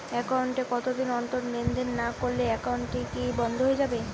Account এ কতদিন অন্তর লেনদেন না করলে একাউন্টটি কি বন্ধ হয়ে যাবে?